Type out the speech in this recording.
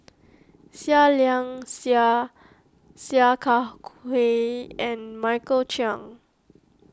Seah Liang Seah Sia Kah Hui and Michael Chiang